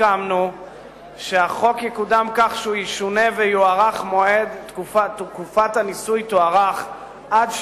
הסכמנו שהחוק יקודם כך שהוא ישונה ותקופת הניסוי תוארך עד שנתיים.